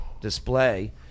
display